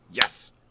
yes